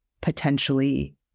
potentially